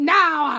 now